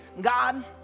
God